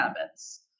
habits